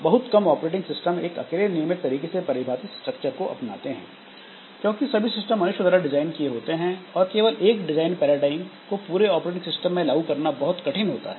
बहुत कम operating system एक अकेले नियमित तरीके से परिभाषित स्ट्रक्चर को अपनाते हैं क्योंकि सभी सिस्टम मनुष्य द्वारा डिजाइन किये होते हैं और केवल एक डिजाइन पैराडाइम को पूरे ऑपरेटिंग सिस्टम में लागू करना बहुत कठिन होता है